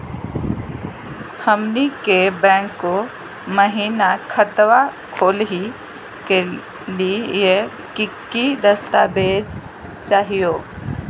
हमनी के बैंको महिना खतवा खोलही के लिए कि कि दस्तावेज चाहीयो?